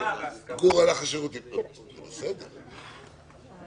הכנסת את אותו דין שחל על חברי הכנסת גם על